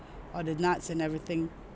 or the nuts and everything